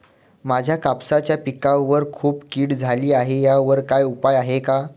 माझ्या कापसाच्या पिकावर खूप कीड झाली आहे यावर काय उपाय आहे का?